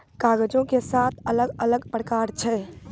कागजो के सात अलग अलग प्रकार छै